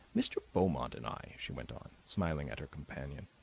mr. beaumont and i, she went on, smiling at her companion,